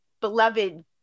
beloved